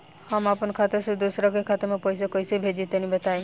हम आपन खाता से दोसरा के खाता मे पईसा कइसे भेजि तनि बताईं?